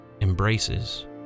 embraces